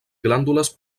glàndules